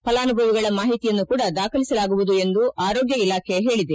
ಫಲಾನುಭವಿಗಳ ಮಾಹಿತಿಯನ್ನು ಕೂಡ ದಾಖಲಿಸಲಾಗುವುದು ಎಂದು ಆರೋಗ್ತ ಇಲಾಖೆ ಹೇಳಿದೆ